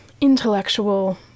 intellectual